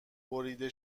بریده